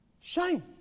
shine